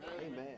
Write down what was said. Amen